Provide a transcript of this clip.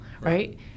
right